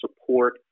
support